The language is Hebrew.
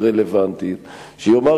שבמקרה